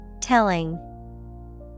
Telling